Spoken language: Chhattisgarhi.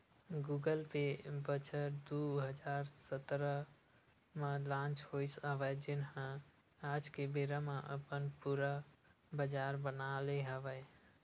गुगल पे बछर दू हजार सतरा म लांच होइस हवय जेन ह आज के बेरा म अपन पुरा बजार बना ले हवय